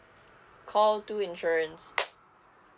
call two insurance